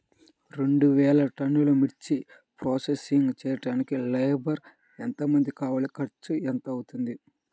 రెండు వేలు టన్నుల మిర్చి ప్రోసెసింగ్ చేయడానికి లేబర్ ఎంతమంది కావాలి, ఖర్చు ఎంత అవుతుంది?